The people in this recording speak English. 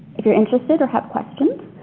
if you're interested or have questions,